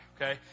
okay